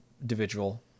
individual